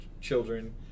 children